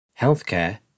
Healthcare